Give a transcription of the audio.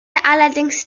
allerdings